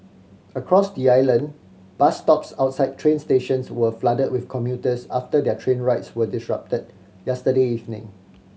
across the island bus stops outside train stations were flooded with commuters after their train rides were disrupted yesterday evening